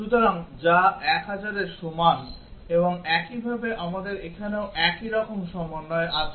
সুতরাং যা 1000 এর সমান এবং একইভাবে আমাদের এখানেও একই রকম সমন্বয় আছে